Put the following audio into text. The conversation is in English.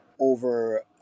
over